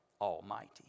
Almighty